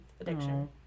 addiction